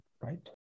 right